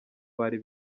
bari